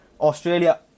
Australia